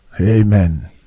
Amen